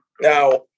Now